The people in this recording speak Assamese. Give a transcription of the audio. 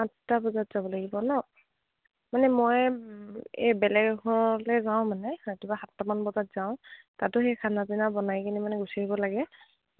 আঠটা বজাত যাব লাগিব ন মানে মই এই বেলেগ এঘৰলৈ যাওঁ মানে ৰাতিপুৱা সাতটামান বজাত যাওঁ তাতো সেই খানা পিনা বনাই কিনে মানে গুচি আহিব লাগে